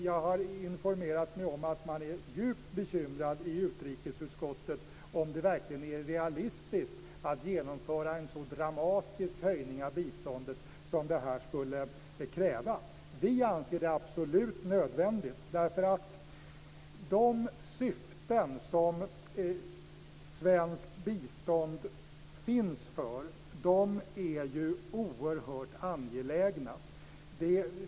Jag har informerat mig om att man är djupt bekymrad i utrikesutskottet över om det verkligen är realistiskt att genomföra en så dramatisk höjning av biståndet som detta skulle kräva. Vi anser det absolut nödvändigt. De syften som svenskt bistånd finns för är oerhört angelägna.